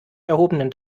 erhobenen